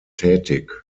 tätig